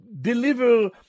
deliver